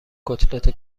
کتلت